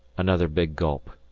another big gulp.